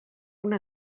una